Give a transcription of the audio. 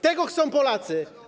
Tego chcą Polacy.